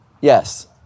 yes